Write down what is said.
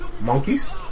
Monkeys